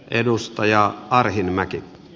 arvoisa puhemies